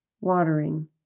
watering